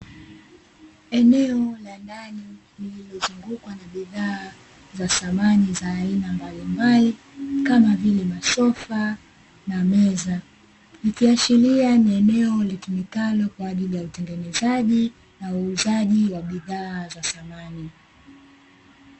Eneo la ndani lililozungukwa na bidhaa za samani za aina mbalimbali, kama vile masofa na meza, ikiashiria ni eneo litumikalo kwa ajili ya utengenezaji na uuzaji wa bidhaa za samani.